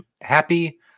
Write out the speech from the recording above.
Happy